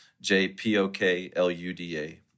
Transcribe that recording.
J-P-O-K-L-U-D-A